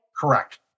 Correct